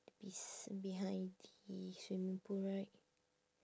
bes~ behind the swimming pool right